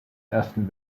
ersten